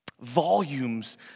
Volumes